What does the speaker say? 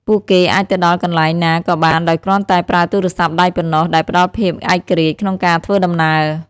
ពួកគេអាចទៅដល់កន្លែងណាក៏បានដោយគ្រាន់តែប្រើទូរស័ព្ទដៃប៉ុណ្ណោះដែលផ្តល់ភាពឯករាជ្យក្នុងការធ្វើដំណើរ។